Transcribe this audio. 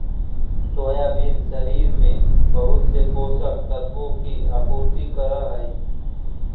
soybean शरीर में बहुत से पोषक तत्वों की आपूर्ति करअ हई